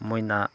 ꯃꯣꯏꯅ